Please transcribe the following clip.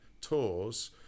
tours